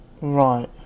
Right